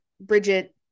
Bridget